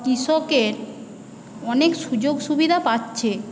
কৃষকরা অনেক সুযোগ সুবিধা পাচ্ছে